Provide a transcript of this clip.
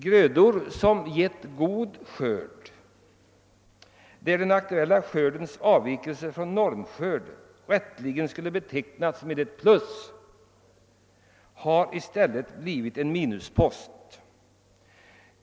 Grödor som gett god skörd — där den aktuella skördens avvikelser från normskörd rätteligen skulle betecknas med ett plus — har i stället blivit en minuspost.